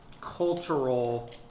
cultural